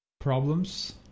problems